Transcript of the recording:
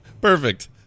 Perfect